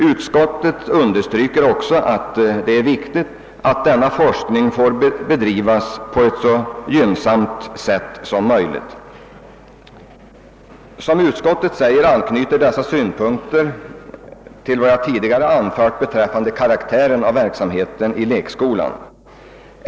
Utskottet understryker också att det är viktigt att denna forskning får bedrivas på ett så gynnsamt sätt som möjligt. Som utskottet säger anknyter dessa synpunkter till vad jag tidigare har anfört beträffande karaktären av verksamheten i lekskolan.